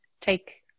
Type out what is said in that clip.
take